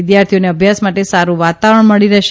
વિદ્યાર્થીઓને અભ્યાસ માટે સારૃં વાતાવરણ મળી રહેશે